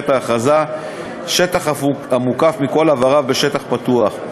ההכרזה שטח המוקף מכל עבריו בשטח פתוח.